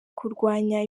kurwanya